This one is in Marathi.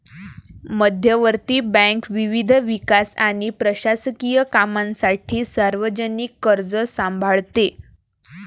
मध्यवर्ती बँक विविध विकास आणि प्रशासकीय कामांसाठी सार्वजनिक कर्ज सांभाळते